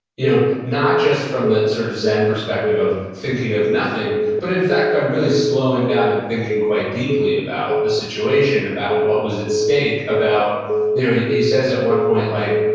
you know not just from the sort of zen perspective of thinking of nothing, but in fact, by really slowing down and thinking quite deeply about the situation, about what was at stake. yeah he he says at one point, like,